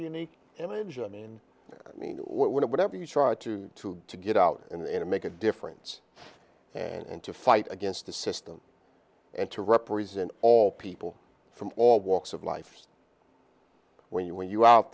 unique image i mean i mean whatever you try to do to get out in and make a difference and to fight against the system and to represent all people from all walks of life when you when you out